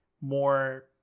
more